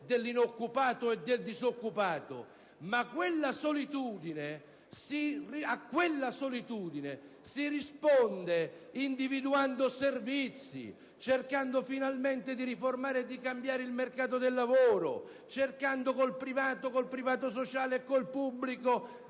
del disoccupato e dell'inoccupato, ma a quella solitudine si risponde individuando servizi, provando finalmente a riformare e di cambiare il mercato del lavoro, cercando con il privato, con il privato sociale e con il pubblico